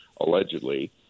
allegedly